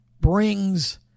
brings